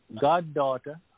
goddaughter